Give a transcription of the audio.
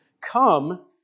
come